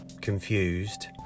confused